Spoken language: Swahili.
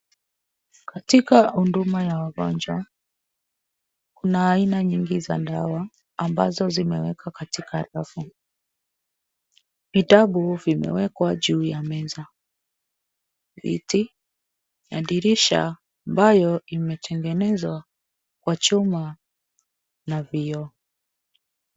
Katika huduma ya wagonjwa, kuna aina nyingi za dawa ambazo zimewekwa katika rafu. Vitabu vimewekwa juu ya meza. Viti na dirisha ambayo imetengenezwa kwa chuma na vioo.